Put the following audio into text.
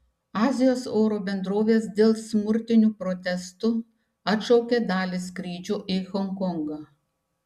azijos oro bendrovės dėl smurtinių protestų atšaukė dalį skrydžių į honkongą